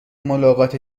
ملاقات